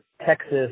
Texas